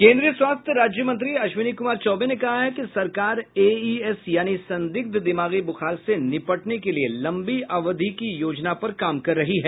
केन्द्रीय स्वास्थ्य राज्य मंत्री अश्विनी कुमार चौबे ने कहा है कि सरकार एईएस यानि संदिग्ध दिमागी बुखार से निपटने के लिये लंबी अवधि की योजना पर काम कर रही है